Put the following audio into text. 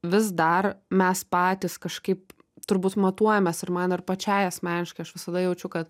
vis dar mes patys kažkaip turbūt matuojamės ir man ir pačiai asmeniškai aš visada jaučiu kad